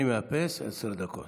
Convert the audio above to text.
אני מאפס עשר דקות.